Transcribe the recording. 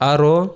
Aro